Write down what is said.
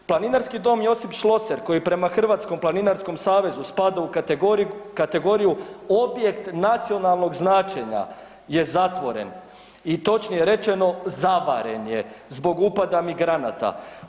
Planinarski dom „Josip Schlosser“ koji prema Hrvatskom planinarskom savezu spada u kategoriju „objekt nacionalnog značenja“ je zatvoren i točnije rečeno zavaren je zbog upada migranata.